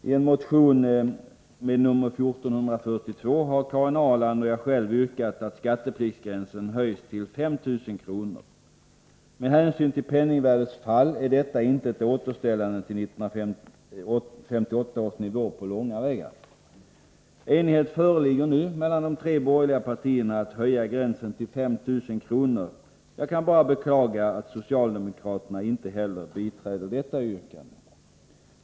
I motion 1442 har Karin Ahrland och jag själv yrkat att skattepliktsgränsen höjs till 5 000 kr. Med hänsyn till penningvärdets fall är detta inte på långa vägar ett återställande till 1958 års nivå. Enighet föreligger nu mellan de tre borgerliga partierna om att höja gränsen till 5 000 kr. Jag kan bara beklaga att socialdemokraterna inte heller biträder detta yrkande.